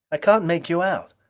i can't make you out.